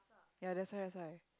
ya that's why that's why